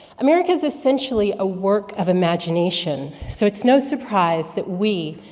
america's essentially a work of imagination, so it's no surprise that we,